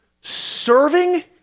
serving